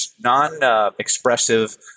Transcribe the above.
non-expressive